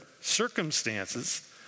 circumstances